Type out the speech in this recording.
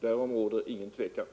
Därom råder inget tvivel.